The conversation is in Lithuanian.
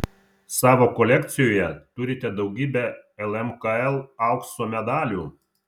savo kolekcijoje turite daugybę lmkl aukso medalių